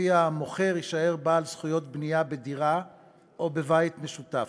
שלפיה המוכר יישאר בעל זכויות בנייה בדירה או בבית משותף.